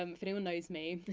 um if anyone knows me,